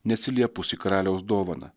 neatsiliepus į karaliaus dovaną